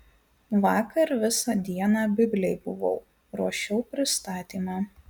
vakar visą dieną biblėj buvau ruošiau pristatymą